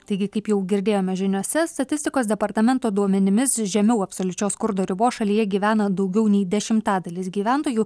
taigi kaip jau girdėjome žiniose statistikos departamento duomenimis žemiau absoliučios skurdo ribos šalyje gyvena daugiau nei dešimtadalis gyventojų